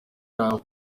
yaba